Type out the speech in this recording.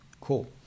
Cool